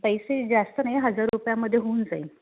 पैसे जास्त नाही हजार रुपयामध्ये होऊन जाईल